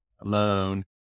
alone